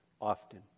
often